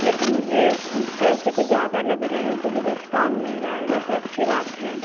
लेकिन मुझे पैसे कुछ ज़्यादा लग रहे है कुछ डिस्काउंट मिल जाएगा तो अच्छी बात है